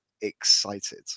excited